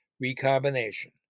recombination